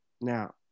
Now